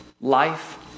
Life